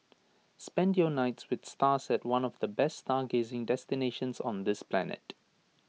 spend your nights with stars at one of the best stargazing destinations on this planet